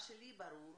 מה שלי ברור,